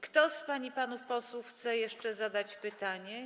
Kto z pań i panów posłów chce jeszcze zadać pytanie?